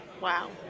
Wow